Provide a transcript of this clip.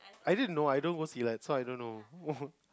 I didn't know I don't go Silat so I don't know